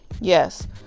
yes